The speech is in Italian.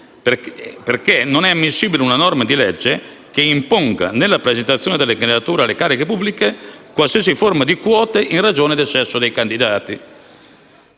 perché non è ammissibile una norma di legge che imponga, nella presentazione delle candidature alle cariche pubbliche, qualsiasi forma di quote in ragione del sesso dei candidati.